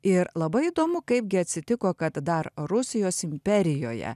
ir labai įdomu kaipgi atsitiko kad dar rusijos imperijoje